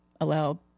allow